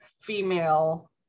female